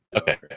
Okay